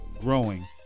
growing